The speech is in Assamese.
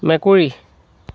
মেকুৰী